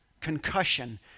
concussion